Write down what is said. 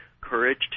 courage